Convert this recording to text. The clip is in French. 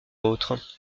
autre